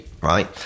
right